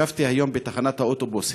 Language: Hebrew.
ישבתי היום בתחנת האוטובוס,